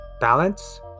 balance